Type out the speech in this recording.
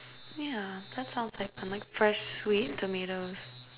yeah that sounds like fresh sweet tomatoes